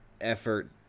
effort